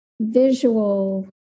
visual